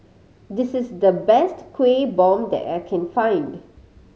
this is the best Kueh Bom that I can find